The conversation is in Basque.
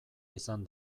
izan